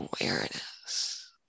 awareness